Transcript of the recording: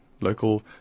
local